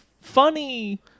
funny